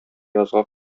язга